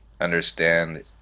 understand